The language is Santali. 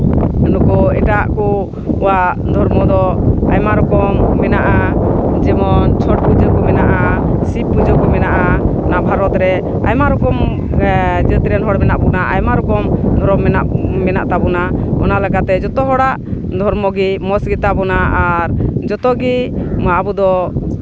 ᱱᱩᱠᱩ ᱮᱴᱟᱜ ᱠᱚ ᱠᱚᱣᱟᱜ ᱫᱷᱚᱨᱢᱚ ᱫᱚ ᱟᱭᱢᱟ ᱨᱚᱠᱚᱢ ᱢᱮᱱᱟᱜᱼᱟ ᱡᱮᱢᱚᱱ ᱪᱷᱚᱴ ᱯᱩᱡᱟᱹ ᱠᱚ ᱢᱮᱱᱟᱜᱼᱟ ᱥᱤᱵᱽ ᱯᱩᱡᱟᱹ ᱠᱚ ᱢᱮᱱᱟᱜᱼᱟ ᱱᱚᱣᱟ ᱵᱷᱟᱨᱚᱛ ᱨᱮ ᱟᱭᱢᱟ ᱨᱚᱠᱚᱢ ᱡᱟᱹᱛ ᱨᱮᱱ ᱦᱚᱲ ᱢᱮᱱᱟᱜ ᱵᱚᱱᱟ ᱟᱭᱢᱟ ᱨᱚᱠᱚᱢ ᱫᱷᱚᱨᱚᱢ ᱢᱮᱱᱟᱜ ᱢᱮᱱᱟᱜ ᱛᱟᱵᱳᱱᱟ ᱚᱱᱟ ᱞᱮᱠᱟᱛᱮ ᱡᱚᱛᱚ ᱦᱚᱲᱟᱜ ᱫᱷᱚᱨᱢᱚ ᱜᱮ ᱢᱚᱡᱽ ᱜᱮᱛᱟ ᱵᱚᱱᱟ ᱟᱨ ᱡᱚᱛᱚ ᱜᱮ ᱢᱟ ᱟᱵᱚ ᱫᱚ